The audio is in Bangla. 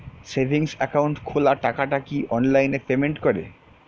সেভিংস একাউন্ট খোলা টাকাটা কি অনলাইনে পেমেন্ট করে?